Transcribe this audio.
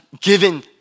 given